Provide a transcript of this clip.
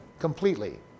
completely